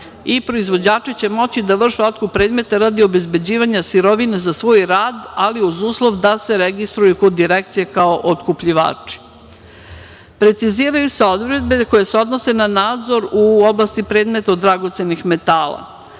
i proizvođači će morati da vrše otkup predmeta radi obezbeđivanja sirovina za svoj rad, ali uz uslov da se registruju kod direkcije kao otkupljivači. Preciziraju se odredbe koje se odnose na nadzor u oblasti predmeta od dragocenih metala.